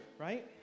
right